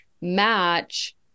match